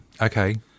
Okay